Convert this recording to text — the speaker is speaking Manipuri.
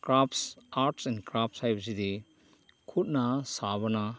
ꯀ꯭ꯔꯥꯐ ꯑꯥꯔꯠꯁ ꯑꯦꯟ ꯀ꯭ꯔꯥꯐ ꯍꯥꯏꯕꯁꯤꯗꯤ ꯈꯨꯠꯅ ꯁꯥꯕꯅ